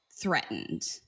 threatened